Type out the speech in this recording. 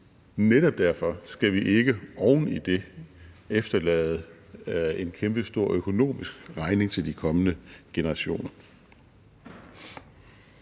netop derfor skal vi ikke oven i det efterlade en kæmpestor økonomisk regning til de kommende generationer.